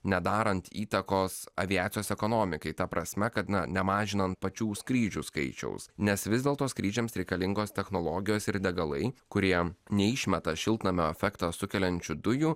nedarant įtakos aviacijos ekonomikai ta prasme kad na nemažinant pačių skrydžių skaičiaus nes vis dėlto skrydžiams reikalingos technologijos ir degalai kurie neišmeta šiltnamio efektą sukeliančių dujų